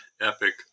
epic